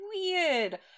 weird